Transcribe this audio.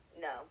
no